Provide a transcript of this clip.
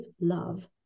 love